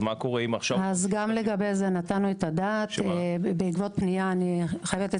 גם לגבי זה נתנו את הדעת בעקבות פנייה של